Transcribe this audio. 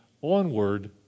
onward